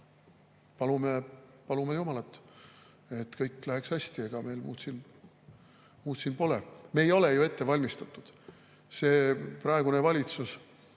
öelda? Palume Jumalat, et kõik läheks hästi, ega meil muud siin üle jää. Me ei ole ju ette valmistatud. Praegune valitsus,